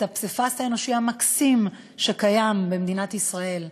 את הפסיפס האנושי המקסים שקיים במדינת ישראל,